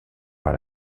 par